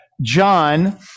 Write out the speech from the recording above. John